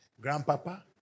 Grandpapa